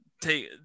take